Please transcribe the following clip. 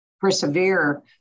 persevere